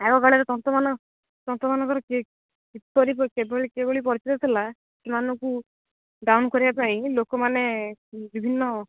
ଆଗକାଳରେ ତନ୍ତମାନ ତନ୍ତମାନଙ୍କର କିଭଳି କିଭଳି ପରିଚୟ ଥିଲା ସେମାନଙ୍କୁ ଡାଉନ୍ କରିବା ପାଇଁ ଲୋକମାନେ ବିଭିନ୍ନ